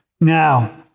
Now